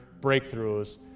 breakthroughs